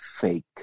fake